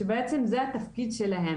שבעצם זה התפקיד שלהם.